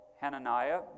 Hananiah